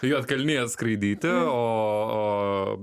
į juodkalnijas skraidyt o o